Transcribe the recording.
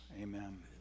Amen